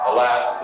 Alas